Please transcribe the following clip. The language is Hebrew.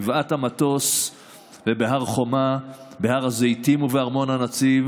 בגבעת המטוס ובהר חומה, בהר הזיתים ובארמון הנציב.